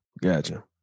Gotcha